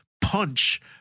punch